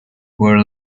were